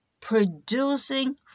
Producing